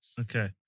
Okay